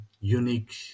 unique